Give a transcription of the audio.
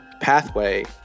pathway